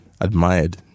admired